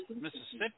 Mississippi